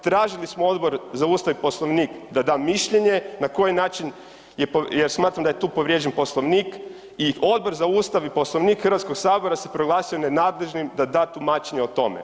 Tražili smo Odbor za ustav i Poslovnik da da mišljenje na koji način, jer smatram da je tu povrijeđen Poslovnik i Odbor za ustav i Poslovnik HS se proglasio nenadležnim da da tumačenje o tome.